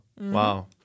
Wow